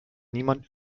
niemand